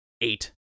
eight